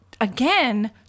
again